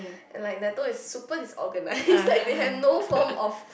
and like natto is super disorganized like they have no form of